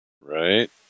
Right